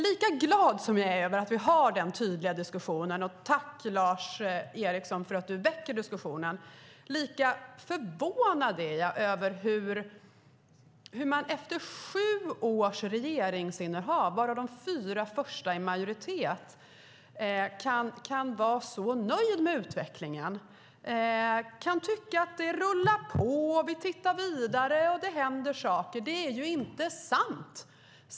Lika glad som jag är över att vi har den tydliga diskussionen - tack, Lars Eriksson, för att du har väckt diskussionen - lika förvånad är jag över hur man efter sju års regeringsinnehav, varav de fyra första i majoritet, kan vara så nöjd med utvecklingen, man anser att det rullar på, man tittar vidare och tycker att det händer saker. Det är inte sant!